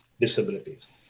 disabilities